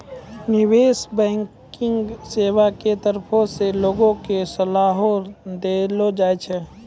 निबेश बैंकिग सेबा के तरफो से लोगो के सलाहो देलो जाय छै